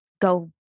go